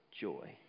joy